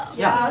yeah.